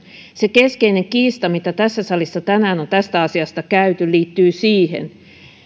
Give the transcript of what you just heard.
se keskeinen kiista mitä tässä salissa tänään on tästä asiasta käyty liittyy siihen